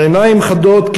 עם עיניים חדות,